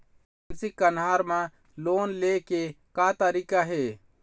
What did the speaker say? मासिक कन्हार म लोन ले के का तरीका हे?